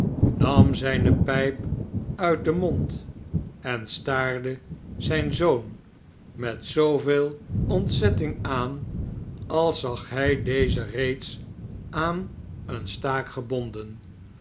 nam zijne pijp uit den mond en staarde zijn zoon met zoo veel ontzetting aan als zag hij dezen reeds aan een staak gebonden